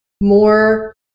more